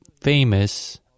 famous